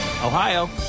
Ohio